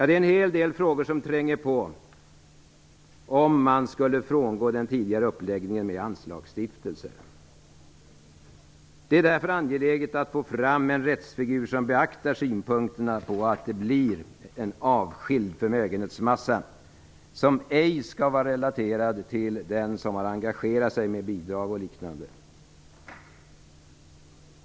Det är en hel del frågor som tränger sig på, om man skulle frångå den tidigare uppläggningen med anslagsstiftelser. Det är därför angeläget att få fram en rättsfigur som beaktar synpunkterna på att det blir en avskild förmögenhetsmassa, som ej skall vara relaterad till den som har engagerat sig med bidrag och liknande.